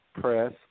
press